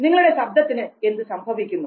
നിങ്ങളുടെ ശബ്ദത്തിന് എന്ത് സംഭവിക്കുന്നു